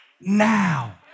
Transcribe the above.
now